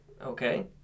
Okay